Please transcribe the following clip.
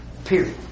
Period